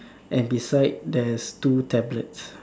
and beside there's two tablets